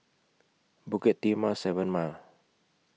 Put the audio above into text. Bukit Timah seven Mile